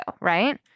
right